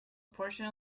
portion